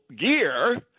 gear